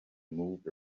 moved